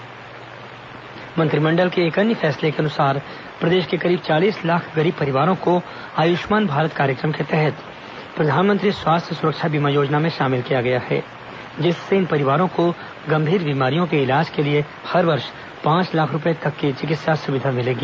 मंत्रिमंडल फैसले मंत्रिमंडल के एक अन्य फैसले के अनुसार प्रदेश के करीब चालीस लाख गरीब परिवारों को आयुष्मान भारत कार्यक्रम के तहत प्रधानमंत्री स्वास्थ्य सुरक्षा बीमा योजना में शामिल किया गया है जिससे इन परिवारों को गंभीर बीमारियों के इलाज के लिए हर वर्ष पांच लाख रूपये तक की चिकित्सा सुविधा मिलेगी